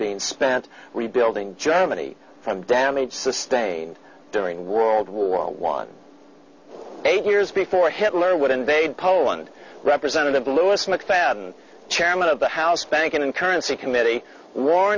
being spent rebuilding germany from damage sustained during world war one eight years before hitler would invade poland representative louis mcfadden chairman of the house banking and currency committee war